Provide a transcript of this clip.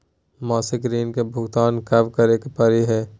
मासिक ऋण के भुगतान कब करै परही हे?